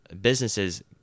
businesses